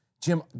Jim